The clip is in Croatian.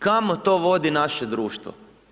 Kamo to vodi naše društvo?